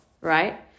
right